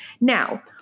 Now